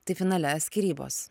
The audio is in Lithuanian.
tai finale skyrybos